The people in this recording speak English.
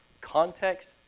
context